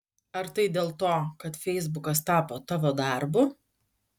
ar tai dėl to kad feisbukas tapo tavo darbu